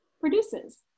produces